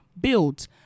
build